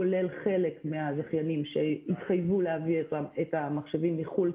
כולל חלק מהזכיינים שהתחייבו להביא את המחשבים מחו"ל,